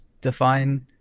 define